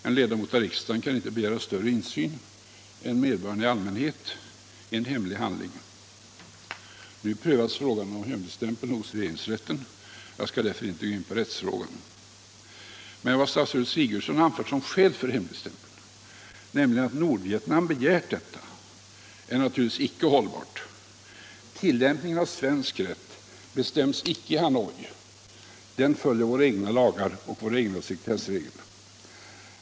En ledamot av riksdagen kan inte begära större insyn än medborgarna i allmänhet i en hemlig handling. Nu prövas frågan om hemligstämpeln hos regeringsrätten; jag skall därför inte gå in på rättsfrågan. Men vad statsrådet Sigurdsen anfört som skäl för hemligstämpeln, nämligen att Nordvietnam begärt sådan, är icke hållbart. Tillämpningen av svensk rätt bestäms icke i Hanoi. Den följer våra egna lagar och våra sekretessregler.